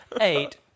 eight